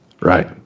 Right